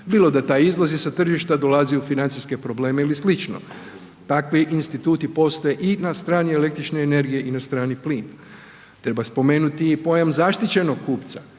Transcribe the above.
bilo da taj izlazi sa tržišta, dolazi u financijske probleme i sl., takvi instituti postoje i na strani električne energije i na strani plina. Treba spomenuti i pojam zaštićenog kupca